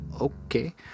Okay